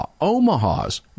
Omaha's